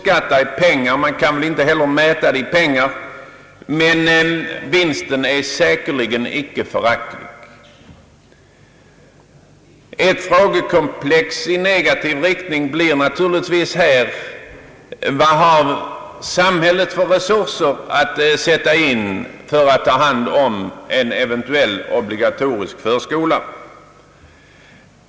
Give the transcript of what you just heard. Detta är fördelar, som man väl inte precis kan mäta i pengar, men vinsten är säkerligen icke föraktlig. Ett frågekomplex i negativ riktning blir naturligtvis i detta sammanhang: Vilka resurser har samhället att sätta in för att ta hand om en obligatorisk förskola?